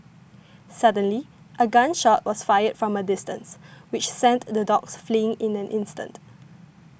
suddenly a gun shot was fired from a distance which sent the dogs fleeing in an instant